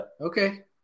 Okay